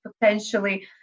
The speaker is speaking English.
potentially